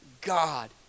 God